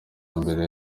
mbere